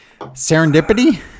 Serendipity